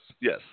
Yes